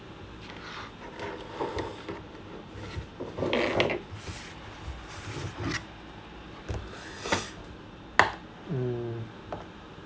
mm